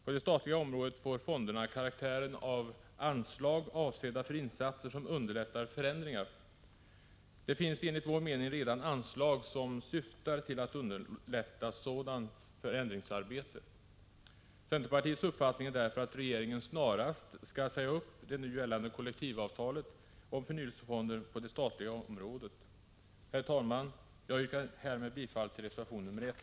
På det statliga området får fonderna karaktären av anslag avsedda för insatser som underlättar förändringar. Det finns enligt vår mening redan anslag som syftar till att underlätta sådant förändringsarbete. Centerpartiets uppfattning är därför att regeringen snarast skall säga upp det nu gällande kollektivavtalet om förnyelsefonder på det statliga området. Herr talman! Jag yrkar härmed bifall till reservation 1.